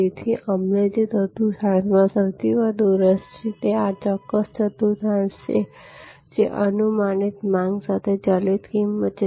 તેથી અમને જે ચતુર્થાંશમાં સૌથી વધુ રસ છે તે આ ચોક્કસ ચતુર્થાંશ છે જે અનુમાનિત માંગ સાથે ચલિત કિંમત છે